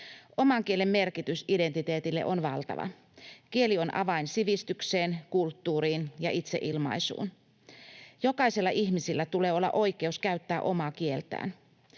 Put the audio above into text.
Oman kielen merkitys identiteetille on valtava. Kieli on avain sivistykseen, kulttuuriin ja itseilmaisuun. Jokaisella ihmisellä tulee olla oikeus käyttää omaa kieltään.